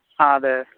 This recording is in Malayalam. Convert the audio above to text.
ആ അതേ